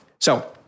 So-